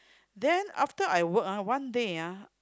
then after I work ah one day ah